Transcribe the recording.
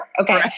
okay